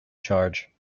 charge